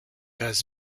has